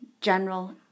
General